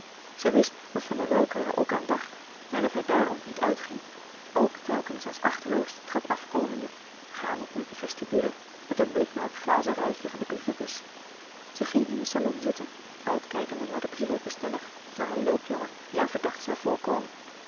zij wist dat van der welcke er ook aan dacht en dat hij daarom niet uitging ook louis couperus de boeken der kleine zielen telkens als achteloos de trap afkomende gaande door de vestibule met een blik naar het glazen ruitje van de brievenbus zij ging in den salon zitten uitkijkende naar den brievenbesteller of naar een loopjongen die haar verdacht zoû voorkomen